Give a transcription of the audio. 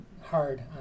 hard